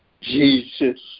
Jesus